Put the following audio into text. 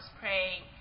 praying